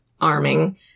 arming